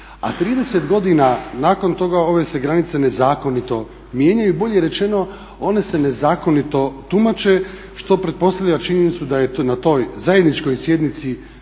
A 30 godina nakon toga ove se granice nezakonito mijenjaju i bolje reće one se ne zakonito tumače što pretpostavlja činjenicu da je na toj zajedničkoj sjednici